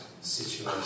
situation